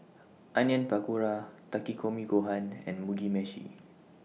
Onion Pakora Takikomi Gohan and Mugi Meshi